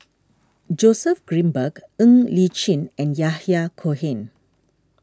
Joseph Grimberg Ng Li Chin and Yahya Cohen